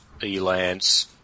Elance